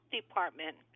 department